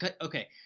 okay